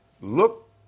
look